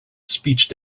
speech